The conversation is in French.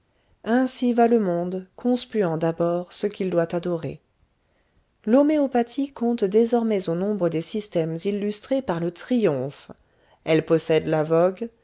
ainsi va le monde conspuant d'abord ce qu'il doit adorer l'homéopathie compte désormais au nombre des systèmes illustrés par le triomphe elle possède la vogue